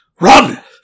Run